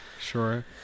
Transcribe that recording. Sure